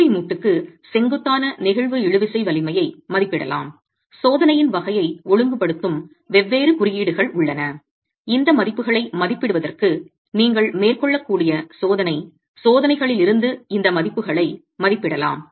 படுக்கை மூட்டுக்கு செங்குத்தான நெகிழ்வு இழுவிசை வலிமையை மதிப்பிடலாம் சோதனையின் வகையை ஒழுங்குபடுத்தும் வெவ்வேறு குறியீடுகள் உள்ளன இந்த மதிப்புகளை மதிப்பிடுவதற்கு நீங்கள் மேற்கொள்ளக்கூடிய சோதனை சோதனைகளிலிருந்து இந்த மதிப்புகளை மதிப்பிடலாம்